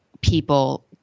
people